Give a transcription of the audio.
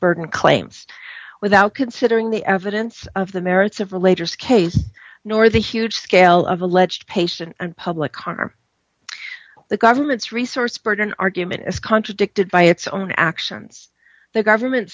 burden claims without considering the evidence of the merits of the latest case nor the huge scale of alleged patient and public connor the government's resource burden argument is contradicted by its own actions the government